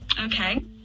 Okay